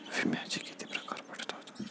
विम्याचे किती प्रकार पडतात?